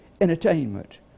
entertainment